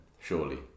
surely